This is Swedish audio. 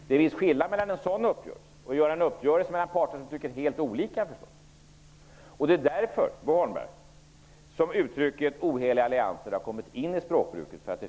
Det är en skillnad mellan en sådan uppgörelse och en uppgörelse mellan parter som tycker helt olika. Det är därför, Bo Holmberg, som uttrycket ohelig allians har kommit in i språkbruket.